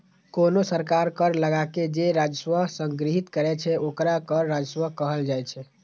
कोनो सरकार कर लगाके जे राजस्व संग्रहीत करै छै, ओकरा कर राजस्व कहल जाइ छै